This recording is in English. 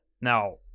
now